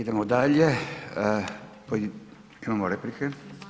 Idemo dalje, imamo replike?